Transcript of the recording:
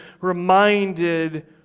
reminded